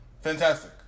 fantastic